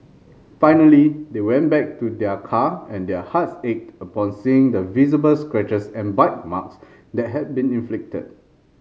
finally they went back to their car and their hearts ached upon seeing the visible scratches and bite marks that had been inflicted